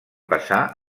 passar